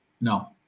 No